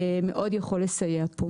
מאוד יכול לסייע פה.